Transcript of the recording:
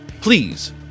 please